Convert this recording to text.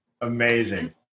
Amazing